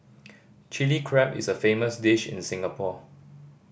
Chilli Crab is a famous dish in Singapore